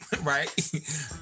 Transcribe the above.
right